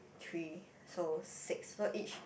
three so six so each